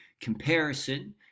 comparison